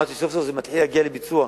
עד שסוף-סוף זה מתחיל להגיע לביצוע,